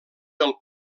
del